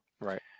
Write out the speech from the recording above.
Right